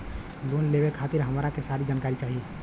Loan लेवे खातीर हमरा के सारी जानकारी चाही?